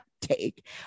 take